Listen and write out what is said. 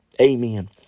Amen